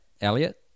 Elliot